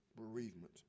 bereavement